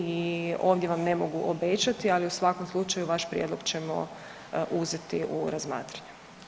I ovdje vam ne mogu obećati ali u svakom slučaju vaš prijedlog ćemo uzeti u razmatranje.